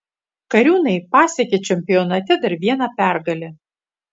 kariūnai pasiekė čempionate dar vieną pergalę